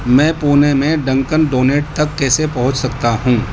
میں پونے میں Dunkin Donut تک کیسے پہنچ سکتا ہوں